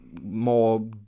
more